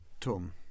Tom